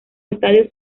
estadios